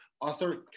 Author